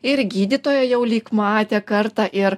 ir gydytoja jau lyg matę kartą ir